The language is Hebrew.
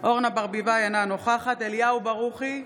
אורנה ברביבאי, אינה נוכחת אליהו ברוכי,